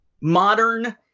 modern